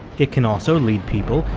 it can also lead people,